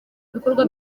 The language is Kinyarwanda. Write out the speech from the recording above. ibikorwa